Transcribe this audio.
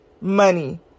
money